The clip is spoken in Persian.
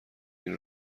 این